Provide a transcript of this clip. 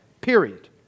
Period